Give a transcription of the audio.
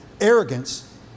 arrogance